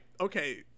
okay